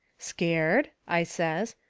scared? i says.